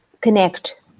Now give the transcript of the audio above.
connect